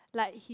like he's